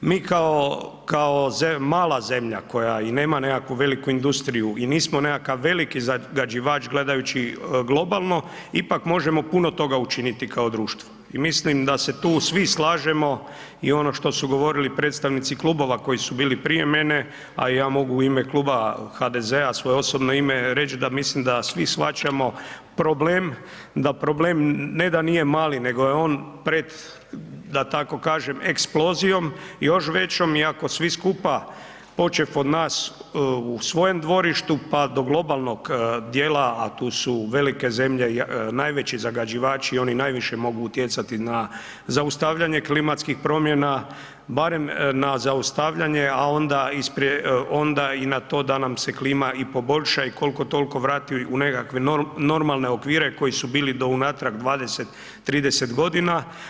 Mi kao mala zemlja koja i nema nekakvu veliku industriju i nismo nekakav veliki zagađivač gledajući globalno ipak možemo puno toga učiniti kao društvo i mislim da se tu svi slažemo i ono što su govorili predstavnici klubova koji su bili prije mene, a i ja mogu u ime Kluba HDZ-a i svoje osobno ime reći da mislim da svi shvaćamo problem, da problem ne da nije malo nego je on pred da tako kažem eksplozijom još većom i ako svi skupa, počev od nas u svojem dvorištu pa do globalnog dijela, a tu su velike zemlje, najveći zagađivači, oni najviše mogu utjecati na zaustavljanje klimatskih promjena, barem na zaustavljanje, a onda i .../nerazumljivo/... onda i na to da nam se klima i poboljša i koliko toliko vrati u nekakve normalne okvire koji su bili do unatrag 20, 30 godina.